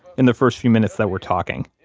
in the first few minutes that we're talking.